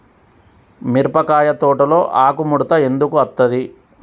మిరపకాయ తోటలో ఆకు ముడత ఎందుకు అత్తది?